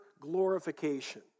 glorification